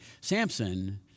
Samson